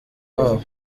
wabo